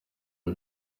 ako